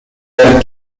taylor